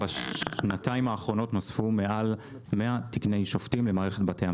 בשנתיים האחרונות נוספו מעל 100 תקני שופטים במערכת בתי המשפט.